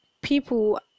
people